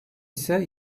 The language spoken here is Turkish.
ise